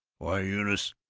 why, eunice,